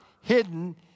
hidden